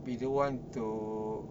we don't want to